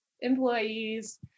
employees